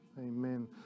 Amen